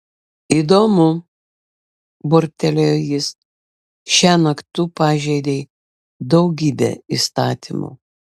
įdomu burbtelėjo jis šiąnakt tu pažeidei daugybę įstatymų